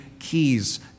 Keys